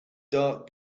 dark